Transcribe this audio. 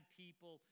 people